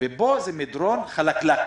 ופה זה מדרון חלקלק.